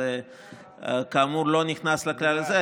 זה כאמור לא נכנס לכלל הזה.